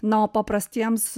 na o paprastiems